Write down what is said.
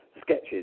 sketches